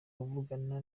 kuvugana